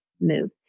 move